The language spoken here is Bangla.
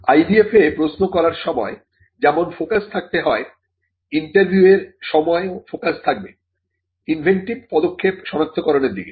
IDF এ প্রশ্ন করার সময় যেমন ফোকাস থাকতে হয় ইন্টারভিউয়ে এর সময় ও ফোকাস থাকবে ইনভেন্টিভ পদক্ষেপ সনাক্তকরণ এর দিকে